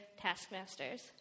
taskmasters